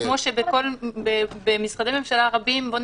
אבל במשרדי ממשלה רבים זה